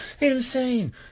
Insane